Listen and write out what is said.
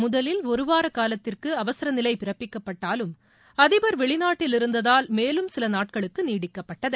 முதலில் ஒருவார காலத்திற்கு அவசர நிலை பிறப்பிக்கப்பட்டாலும் அதிபர் வெளிநாட்டில் இருந்ததால் மேலும் சில நாட்களுக்கு நீடிக்கப்பட்டது